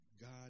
God